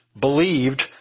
believed